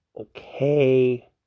okay